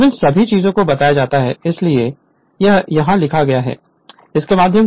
अब इन सभी चीजों को बताया जाता है इसलिए यह सब यहाँ लिखा गया है इसके माध्यम से आप इसे रेफर करें